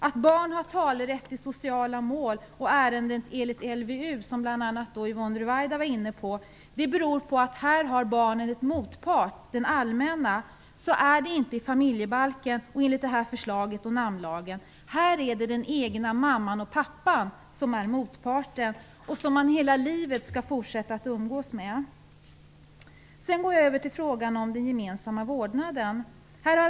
Att barn har talerätt i sociala mål och ärenden enligt LVU, som bl.a. Yvonne Ruwaida var inne på, beror på att barnen har en motpart - det allmänna. Så är det inte enligt familjebalken och enligt förslaget om namnlagen. Här är det den egna mamman och pappan som är motparten, vilka man hela livet skall fortsätta att umgås med. Så går jag över till frågan om den gemensamma vårdnaden.